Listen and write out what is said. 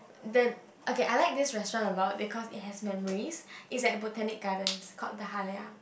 then okay I like this restaurant a lot because it has memories it is a Botanic Garden called the-Halia